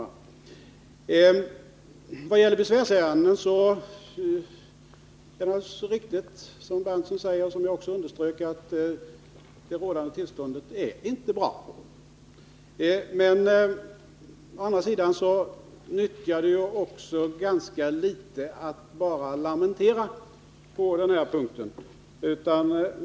När det gäller besvärsärenden är det rådande tillståndet inte bra — det är riktigt som Nils Berndtson säger, och det underströk jag också. Å andra sidan nyttjar det ganska litet att bara lamentera.